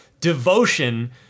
devotion